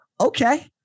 okay